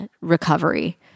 recovery